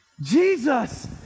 Jesus